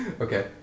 Okay